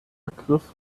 ergriff